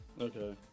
Okay